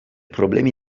problemi